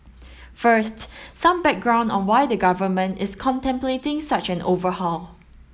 first some background on why the Government is contemplating such an overhaul